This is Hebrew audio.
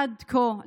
עד כה,